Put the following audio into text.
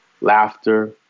laughter